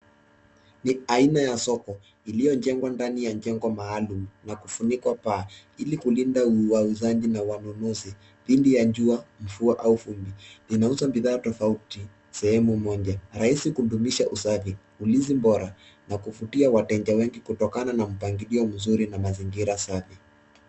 Ni aina ya soko iliyojengwa ndani ya jengo maalumu na kufunkwa paa, ili kulinda wauzaji na wanunuzi dhidi ya jua, mvua, ua vumbi. Linauza bidhaa tofauti sehemu moja. Rahisi kudumisha usafi, ulinzi bora, na kuvutia wateja wengi kutokana na mpangilio mzuri na mazingira safi.